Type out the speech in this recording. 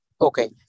Okay